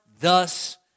thus